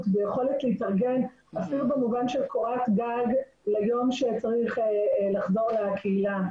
ויכולת להתארגן אפילו במובן של קורת גג ליום שצריך לחזור לקהילה.